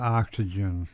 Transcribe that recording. oxygen